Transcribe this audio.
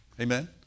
Amen